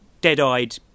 dead-eyed